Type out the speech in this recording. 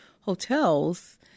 hotels